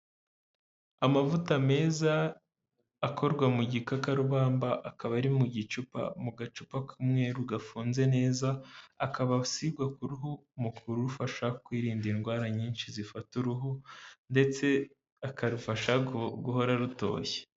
Amavuta meza akorwa mu gikakarubamba akaba ari mu gicupa, mu gacupa k'umweru gafunze neza, akaba asigwa ku ruhu mu kurufasha kwirinda indwara nyinshi zifata uruhu ndetse akarufasha guhora rutoshye.